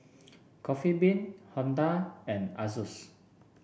Coffee Bean Honda and Asus